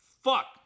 Fuck